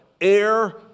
Air